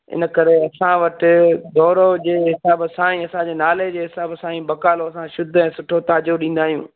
इन करे असां वटि गौरव जे हिसाब सां ई असांजे नाले जे हिसाब सां ई बकालो असां शुद्ध ऐं सुठो ताज़ो ॾींदा आहियूं